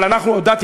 אבל הודעתי,